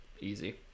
Easy